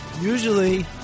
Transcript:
Usually